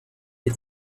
les